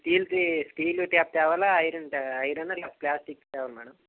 స్టీల్ది steel tap తేవాలా iron ట్యా iron లేకపోతే ప్లాస్టిక్ తేవాలా మేడం